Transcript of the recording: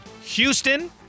Houston